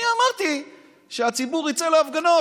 אני אמרתי שהציבור יצא להפגנות,